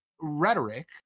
rhetoric